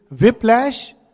whiplash